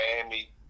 Miami